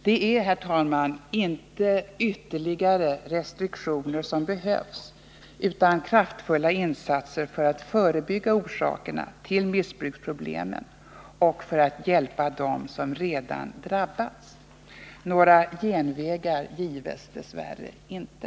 Det är, herr talman, inte ytterligare restriktioner som behövs utan kraftfulla insatser för att förebygga orsakerna till missbruksproblemen och för att hjälpa dem som redan har drabbats. Några genvägar gives dess värre inte.